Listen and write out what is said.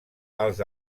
els